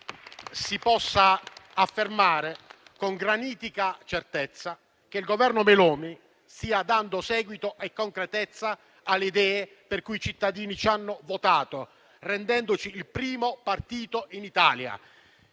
si possa affermare con granitica certezza che il Governo Meloni stia dando seguito e concretezza alle idee per cui i cittadini ci hanno votato, rendendoci il primo partito in Italia.